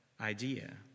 idea